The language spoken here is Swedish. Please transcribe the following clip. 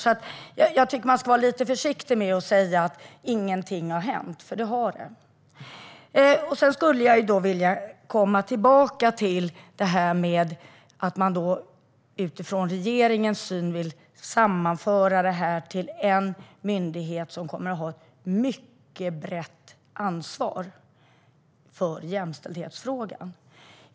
Men jag tycker att man ska vara lite försiktig med att säga att det inte har hänt någonting, för det har det. Sedan skulle jag vilja komma tillbaka till det här med att regeringen vill sammanföra detta till en myndighet som kommer att ha ett mycket brett ansvar för jämställdhetsfrågan.